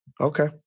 okay